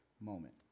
moment